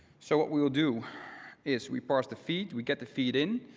so what we will do is we parse the feed. we get the feed in.